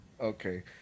Okay